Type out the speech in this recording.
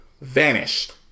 Vanished